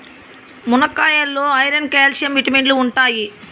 మునక్కాయాల్లో iron, calcium విటమిన్లు ఉంటాయి